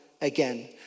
again